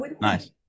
Nice